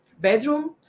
bedroom